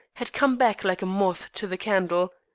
had come back like a moth to the candle.